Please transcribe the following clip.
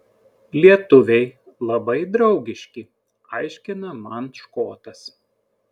lietuviai labai draugiški aiškina man škotas